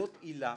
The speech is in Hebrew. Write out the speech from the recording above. לפיכך,